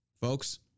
folks